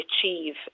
achieve